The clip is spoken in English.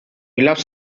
have